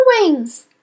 wings